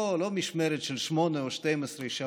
לא משמרת של שמונה או 12 שעות,